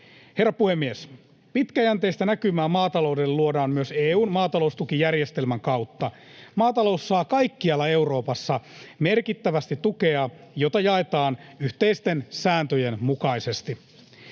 Herra puhemies! Pitkäjänteistä näkymää maataloudelle luodaan myös EU:n maataloustukijärjestelmän kautta. Maatalous saa kaikkialla Euroopassa merkittävästi tukea, jota jaetaan yhteisten sääntöjen mukaisesti.